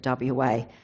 WA